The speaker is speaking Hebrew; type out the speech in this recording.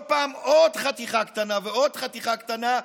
פעם עוד חתיכה קטנה ועוד חתיכה קטנה,